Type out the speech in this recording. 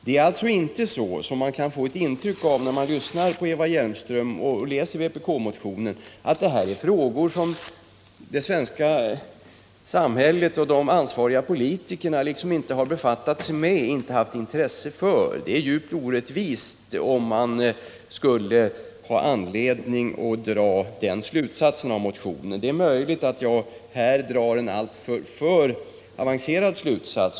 Det är alltså inte så, som man kan få ett intryck av när man lyssnar till Eva Hjelmström och läser vpk-motionen, att det här är frågor som det svenska samhället och de ansvariga politikerna inte har befattat sig med och inte haft intresse för. Nr 33 Det är djupt orättvist att dra en sådan slutsats av motionen. Det är Onsdagen den möjligt att jag drar en alltför avancerad slutsats.